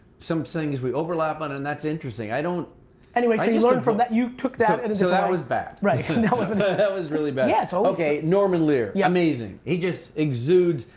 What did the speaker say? some things we overlap on and that's interesting i don't anyway, so you learn from that, you took that and so that was bad and that was and that was really bad. yeah so okay, norman lear, yeah amazing. he just exudes,